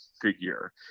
figure